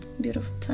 Beautiful